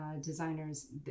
designers